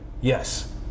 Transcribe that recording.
Yes